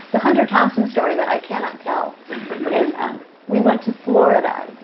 the hunter thompson story that i cannot tell is um we went to florida.